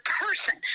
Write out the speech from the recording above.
person